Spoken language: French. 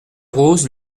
rose